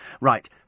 Right